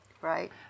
Right